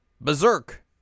Berserk